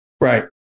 right